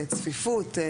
צפיפות,